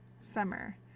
summer